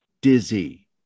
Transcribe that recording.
dizzy